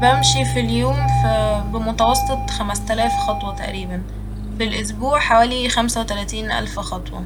بمشي في اليوم ف- بمتوسط خمستلاف خطوة تقريبا ،في الأسبوع حوالي خمسة وتلاتين ألف خطوة